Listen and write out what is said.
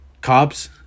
cops